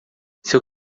seu